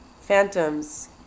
Phantoms